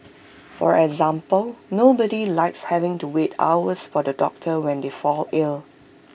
for example nobody likes having to wait hours for the doctor when they fall ill